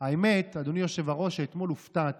האמת, אדוני היושב-ראש, שאתמול הופתעתי.